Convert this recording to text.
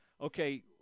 okay